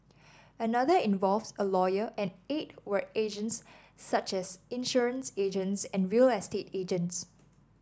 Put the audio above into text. another involved a lawyer and eight were agents such as insurance agents and real estate agents